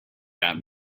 got